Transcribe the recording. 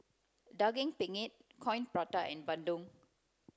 daging penyet coin prata and bandung